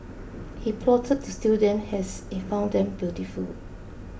he plotted to steal them as he found them beautiful